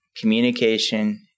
communication